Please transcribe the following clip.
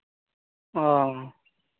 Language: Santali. ᱚ